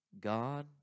God